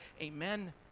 amen